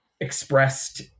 expressed